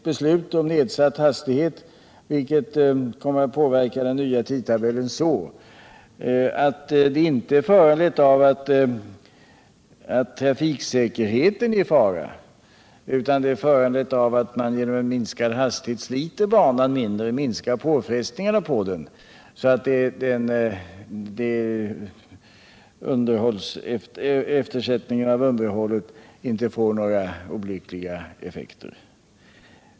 Beslutet om nedsatt hastighet, vilket kommer att påverka den nya tidtabellen, har jag inte tolkat så att det är föranlett av att trafiksäkerheten är i fara, utan av att man genom minskad hastighet sliter mindre på banan och minskar påfrestningarna på den. På så sätt skulle eftersättningen av underhållet inte få några olyckliga följder.